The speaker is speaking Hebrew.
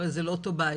הרי זה לא אותו בית,